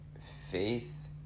faith